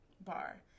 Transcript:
bar